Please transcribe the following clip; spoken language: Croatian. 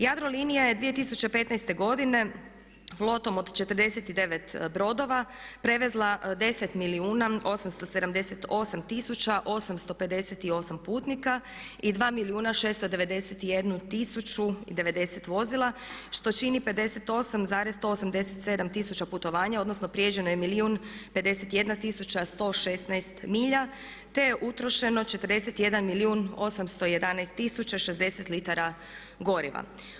Jadrolinija je 2015. godine flotom od 49 brodova prevezla 10 milijuna 878 tisuća 858 putnika i 2 milijuna i 691 tisuću i 90 vozila što čini 58,187 tisuća putovanja, odnosno prijeđeno je milijun 51 tisuća 116 milja, te je utrošeno 41 milijun 811 tisuća 60 litara goriva.